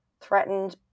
threatened